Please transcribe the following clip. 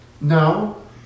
No